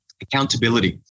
Accountability